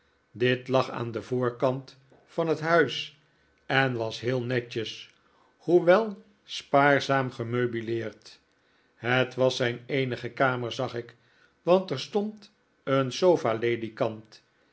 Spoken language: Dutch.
dit lag aan den voorkant van het huis en was heel netjes hoewel spaarzaam gemeubileerd het was zijn eenige kamer zag ik want er stond een sofa ledikant en